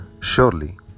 Surely